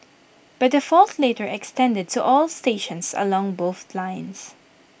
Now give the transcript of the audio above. but the fault later extended to all stations along both lines